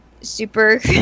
Super